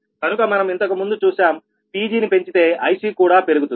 కనుక మనం ఇంతకు ముందు చూశాం Pgని పెంచితే IC కూడా పెరుగుతుంది